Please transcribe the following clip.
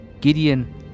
Gideon